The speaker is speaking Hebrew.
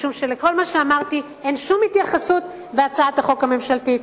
משום שלכל מה שאמרתי אין שום התייחסות בהצעת החוק הממשלתית.